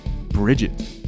Bridget